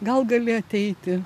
gal gali ateiti